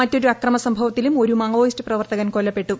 മറ്റൊരു ആക്രമസംഭവത്തിലും ഒരു മാവോയിസ്റ്റ് പ്രവർത്തകൻ കൊല്ലപ്പെട്ടു